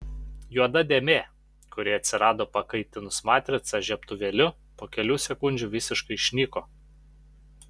juoda dėmė kuri atsirado pakaitinus matricą žiebtuvėliu po kelių sekundžių visiškai išnyko